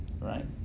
Right